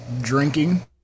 Drinking